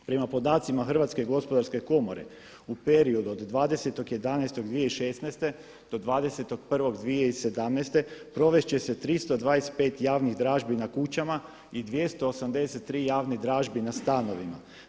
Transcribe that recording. Prema podacima Hrvatske gospodarske komore u periodu od 20.11.2016. do 20.01.2017. provest će se 325 javnih dražbi na kućama i 283 javne dražbe na stanovima.